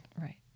Right